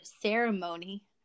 ceremony